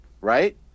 right